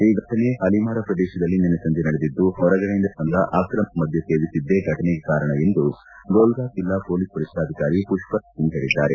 ಈ ಫಟನೆ ಹಲಿಮಾರ ಪ್ರದೇಶದಲ್ಲಿ ನಿನ್ನೆ ಸಂಜೆ ನಡೆದಿದ್ದು ಹೊರಗಡೆಯಿಂದ ತಂದ ಅಕ್ರಮ ಮದ್ಯ ಸೇವಿಸಿದ್ದೇ ಘಟನೆಗೆ ಕಾರಣ ಎಂದು ಗೋಲ್ಫಾಟ್ ಜೆಲ್ಲಾ ಮೋಲೀಸ್ ವರಿಷ್ಣಾಧಿಕಾರಿ ಮಪ್ವರಾಜ್ ಸಿಂಗ್ ತಿಳಿಸಿದ್ದಾರೆ